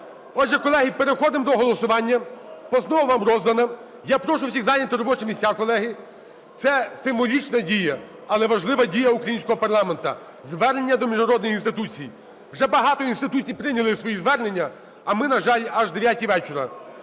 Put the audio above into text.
Отже, колеги, переходимо до голосування. Постанова вам роздана. Я прошу всіх зайняти робочі місця, колеги. Це символічна дія, але важлива дія українського парламенту – звернення до міжнародних інституцій. Вже багато інституцій прийняли свої звернення, а ми, на жаль, аж в 9-й вечора.